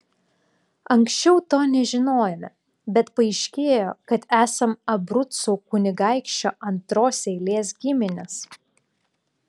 anksčiau to nežinojome bet paaiškėjo kad esam abrucų kunigaikščio antros eilės giminės